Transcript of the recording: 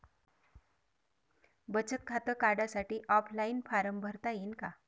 बचत खातं काढासाठी ऑफलाईन फारम भरता येईन का?